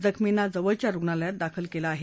जखमींना जवळच्या रुग्णालयात दाखल केलं आहे